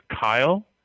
Kyle